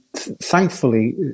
Thankfully